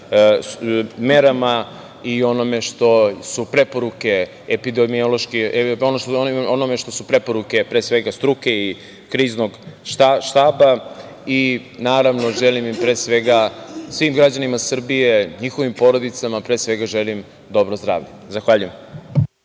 merama i onome što su preporuke pre svega struke i Kriznog štaba. Naravno, želim im pre svega, svim građanima Srbije, njihovim porodicama, želim dobro zdravlje. Zahvaljujem.